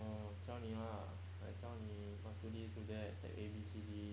uh 教你 lah like 教你 must do this do that that A B C D